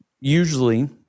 usually